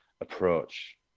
approach